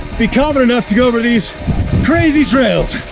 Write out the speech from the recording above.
be covered enough to go over these crazy trails.